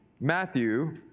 Matthew